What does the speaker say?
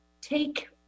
take